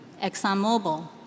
ExxonMobil